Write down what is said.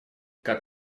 как